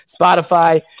Spotify